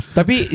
Tapi